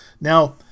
now